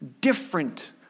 different